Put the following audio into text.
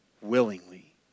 willingly